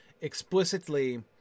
explicitly